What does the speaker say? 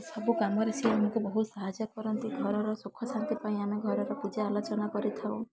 ସବୁ କାମରେ ସିଏ ଆମକୁ ବହୁତ ସାହାଯ୍ୟ କରନ୍ତି ଘରର ସୁଖ ଶାନ୍ତି ପାଇଁ ଆମେ ଘରର ପୂଜା ଆଲୋଚନା କରିଥାଉ